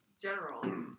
general